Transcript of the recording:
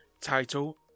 title